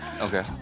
Okay